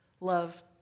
Love